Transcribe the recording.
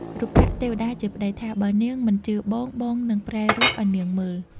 រុក្ខទេវតាជាប្ដីថា បើនាងមិនជឿបង បងនឹងប្រែរូបឱ្យនាងមើល។